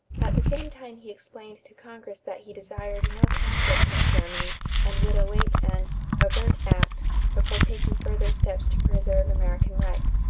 at the same time he explained to congress that he desired no conflict with germany and would await an overt act before taking further steps to preserve american rights.